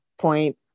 point